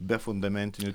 be fundamentinių